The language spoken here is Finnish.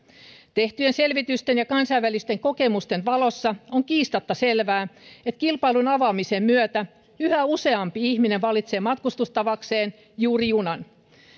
tehtyjen selvitysten ja kansainvälisten kokemusten valossa on kiistatta selvää että kilpailun avaamisen myötä yhä useampi ihminen valitsee matkustustavakseen juuri junan